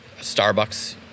Starbucks